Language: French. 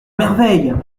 merveille